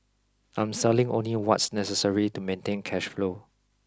I'm selling only what's necessary to maintain cash flow